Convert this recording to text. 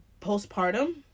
postpartum